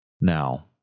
Now